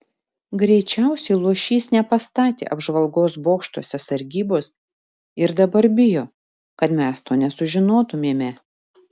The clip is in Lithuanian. greičiausiai luošys nepastatė apžvalgos bokštuose sargybos ir dabar bijo kad mes to nesužinotumėme